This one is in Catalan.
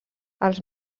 els